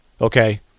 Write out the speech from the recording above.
okay